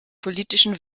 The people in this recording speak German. politischen